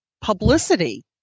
publicity